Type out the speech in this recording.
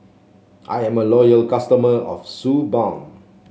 I am a loyal customer of Suu Balm